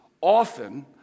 often